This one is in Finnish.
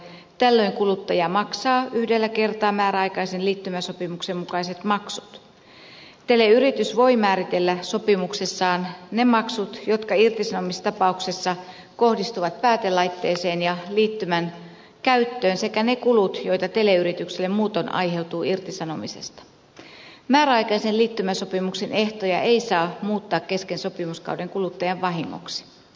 täällä kuluttaja maksaa yhdellä kertaa määräaikaisen liittymäsopimuksen mukaiset maksut teleyritys voi määritellä sopimuksessaan ne maksut jotka irtisanomistapauksessa kohdistuvat päätelaitteeseen ja liittymän käyttöön sekä ne kulut joita teleyritykselle muutoin aiheutuu irtisanomisesta määräaikaisen liittymäsopimuksen ehtoja ei saa mutta kesken sopimuskauden kuluttajan vahingoksi